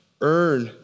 earn